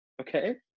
Okay